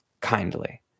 kindly